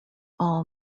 all